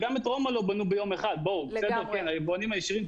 היבואנים הישירים,